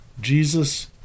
Jesus